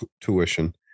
tuition